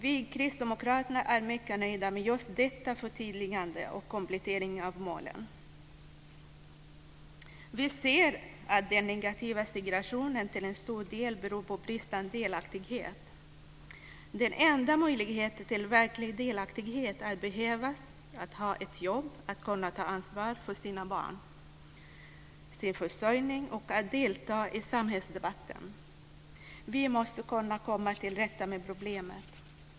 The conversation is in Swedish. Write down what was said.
Vi kristdemokrater är mycket nöjda med just detta förtydligande och denna komplettering av målen. Vi ser att den negativa segregationen till stor del beror på bristande delaktighet. Den enda möjligheten till verklig delaktighet är att behövas, att man har ett jobb, kan ta ansvar för sina barn och sin försörjning och deltar i samhällsdebatten. Vi måste kunna komma till rätta med detta problem.